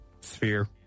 sphere